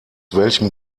welchem